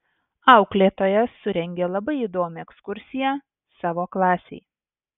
auklėtoja surengė labai įdomią ekskursiją savo klasei